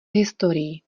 historii